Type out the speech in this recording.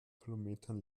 kilometern